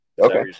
Okay